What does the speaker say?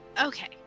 Okay